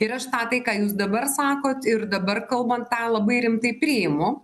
ir aš tą tai ką jūs dabar sakot ir dabar kalbant tą labai rimtai priimu